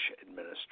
administration